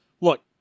look